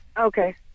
Okay